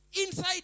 inside